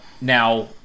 Now